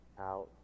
out